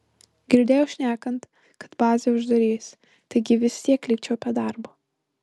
girdėjau šnekant kad bazę uždarys taigi vis tiek likčiau be darbo